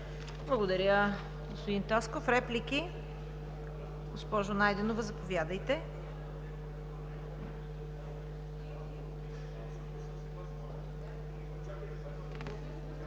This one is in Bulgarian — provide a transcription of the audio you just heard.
Благодаря, господин Тасков. Реплики? Госпожо Найденова, заповядайте.